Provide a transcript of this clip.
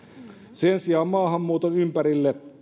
sen sijaan maahanmuuton ympärille